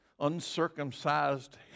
uncircumcised